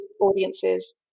audiences